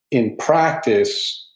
in practice,